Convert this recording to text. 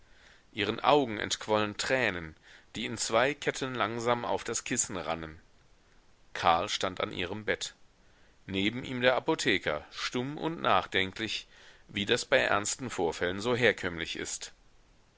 ihren augen entquollen tränen die in zwei ketten langsam auf das kissen rannen karl stand an ihrem bett neben ihm der apotheker stumm und nachdenklich wie das bei ernsten vorfällen so herkömmlich ist